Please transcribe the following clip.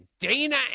Dana